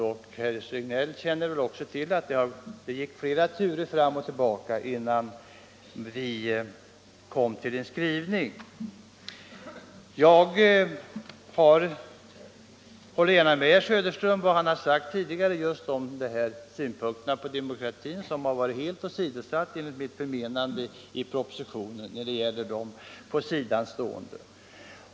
Herr Regnéll känner väl också till att det varit flera turer fram och tillbaka innan vi kom fram till en skrivning. Jag håller med herr Söderström i hans synpunkter i fråga om demokratin. Dessa har varit helt åsidosatta i propositionen när den gäller dem som står vid sidan av detta avtal.